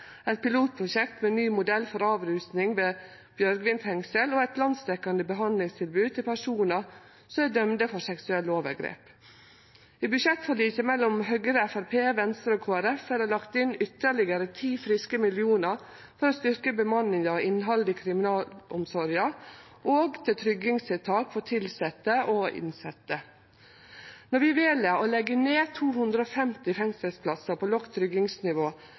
eit pilotprosjekt med ein ny modell for avrusing ved Bjørgvin fengsel og eit landsdekkjande behandlingstilbod til personar som er dømde for seksuelle overgrep. I budsjettforliket mellom Høgre, Framstegspartiet, Venstre og Kristeleg Folkeparti er det lagt inn ytterlegare 10 friske millionar for å styrkje bemanninga og innhaldet i kriminalomsorga og til tryggingstiltak for tilsette og innsette. Når vi vel å leggje ned 250 fengselsplassar på lågt tryggingsnivå,